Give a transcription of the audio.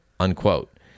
Unquote